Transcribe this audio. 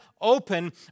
open